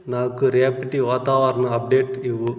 నాకు రేపటి వాతావరణ అప్డేట్ ఇవ్వు